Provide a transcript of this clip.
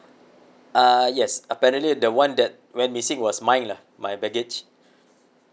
uh yes apparently the one that went missing was mine lah my baggage